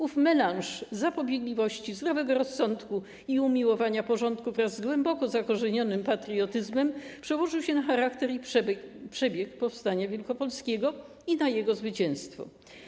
Ów melanż zapobiegliwości, zdrowego rozsądku i umiłowania porządku wraz z głęboko zakorzenionym patriotyzmem przełożył się na charakter i przebieg powstania wielkopolskiego oraz na jego zwycięstwo.